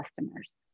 customers